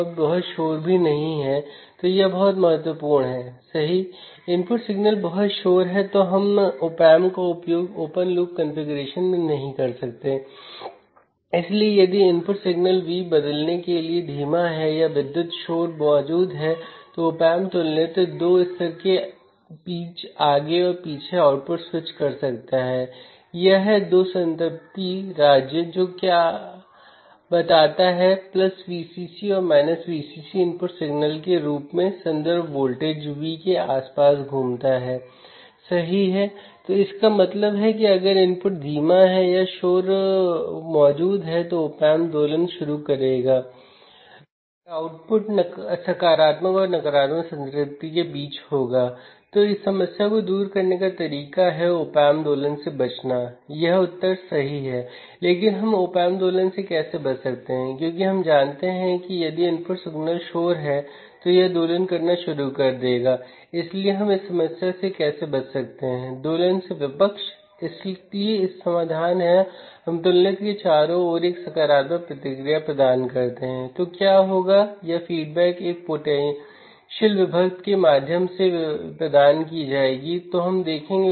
यह voltage follower है लेकिन प्रतिरोध भी हैं जो सिग्नल को बढ़ाने के लिए उपयोग किया जाता है इसका मतलब है कि यह डिफ़्रेंसियल इंस्ट्रूमेंटेशन एम्पलीफायर फेब्रिकेट किया जा सकता है या डिफ़्रेंसियल एम्पलीफायर को बफ़र्स के साथ संलग्न या इंटिग्रेट करके या नाॅन इनवर्टिंग एम्पलीफायर के साथ बनाया जा सकता है ठीक है